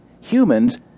Humans